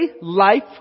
life